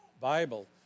Bible